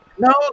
No